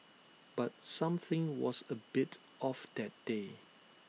but something was A bit off that day